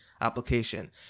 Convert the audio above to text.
application